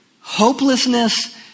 hopelessness